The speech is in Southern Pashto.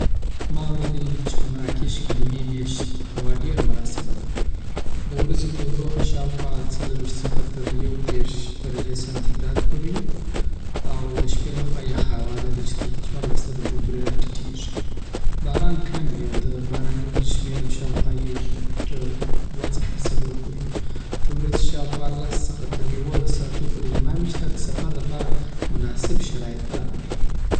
ما اوریدلی دی چی په مراکش کې د مې میاشتې هوا ډېره مناسبه ده. د ورځې تودوخه شاوخوا څلېرويشت څخه تر يو دېرش درجې سانتي‌ګراد پورې وي، او د شپې لخو یخه هوالری چې تر څوارلس درجې پورې راټیټېږي. باران کم وي، او د باراني ورځو شمېر شاوخوا دوه څخه تر څلور پورې وي. د ورځی شاوخوا لسو څخه تر يوولسو ساعتونو پورې لمروي، چې دا د سفر لپاره مناسب شرایط برابروي.